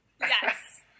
Yes